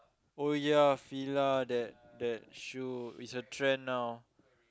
oh yeah Fila that that shoe is a trend now